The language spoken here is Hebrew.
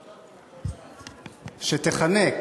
"שתיחנק",